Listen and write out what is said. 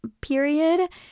period